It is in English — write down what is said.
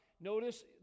notice